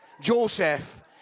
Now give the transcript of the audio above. Joseph